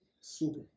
Super